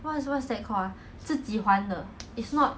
they don't recognise in singapore which is touch rugby lor